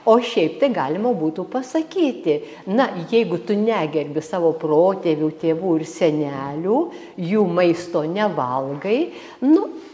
o šiaip tai galima būtų pasakyti na jeigu tu negerbi savo protėvių tėvų ir senelių jų maisto nevalgai nu